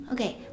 Okay